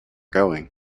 going